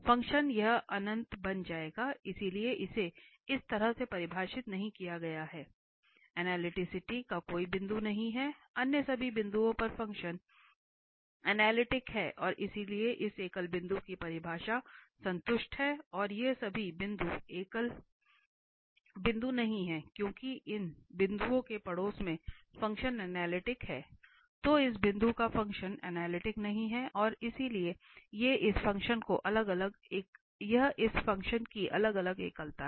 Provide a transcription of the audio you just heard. function यह अनंत बन जाएगा इसलिए इसे इस तरह से परिभाषित नहीं किया गया है इसलिए एनालिटिसिटी का कोई बिंदु नहीं है अन्य सभी बिंदुओं पर फ़ंक्शन अनलिटिक है और इसलिए इस एकल बिंदु की परिभाषा संतुष्ट है और ये सभी बिंदु एकल बिंदु हैं क्योंकि इन बिंदुओं के पड़ोस में फ़ंक्शन अनलिटिक है केवल इस बिंदु पर फ़ंक्शन अनलिटिक नहीं है और इसलिए ये इस फ़ंक्शन की अलग अलग एकलता हैं